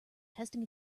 testing